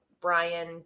Brian